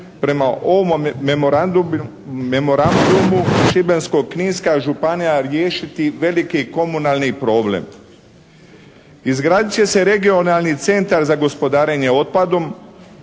prema ovom Memorandumu Šibensko-kninska županija riješiti veliki komunalni problem. Izgradit će se regionalni centar za gospodarenje otpadom,